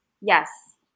Yes